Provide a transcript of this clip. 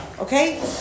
okay